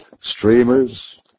streamers